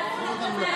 בפרלמנט הישראלי.